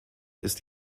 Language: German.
ist